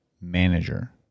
manager